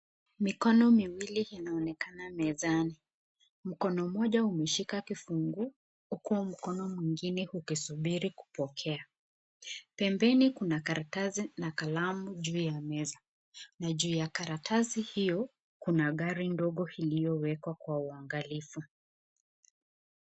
Mikono miwili inaonekana mezani, mkono moja umeshika kifunguu huku mkono mwingine ukisubiri kupokea. Pembeni kuna karatasi na kalamu juu ya meza, na juu ya karatasi hiyo kuna gari ndogo iliyowekwa ka uangalifu.